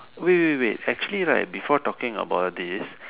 wait wait wait actually right before talking about this